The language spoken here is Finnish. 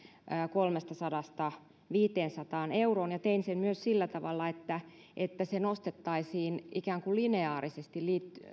kolmestasadasta viiteensataan euroon tein sen myös sillä tavalla että että se nostettaisiin ikään kuin lineaarisesti